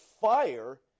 fire